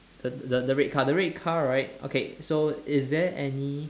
the the the red car the red car right okay so is there any